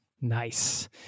Nice